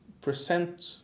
present